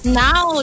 now